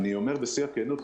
אני אומר בשיא הכנות,